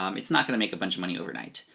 um it's not gonna make a bunch of money overnight,